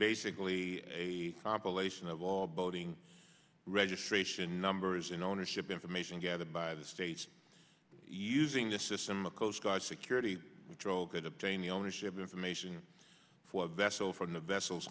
basically a compilation of all boating registration numbers in ownership information gathered by the state using the system a coast guard security drole good obtaining ownership information for a vessel from the vessels